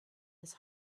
his